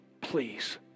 please